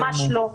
ממש לא.